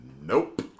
nope